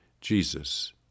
Jesus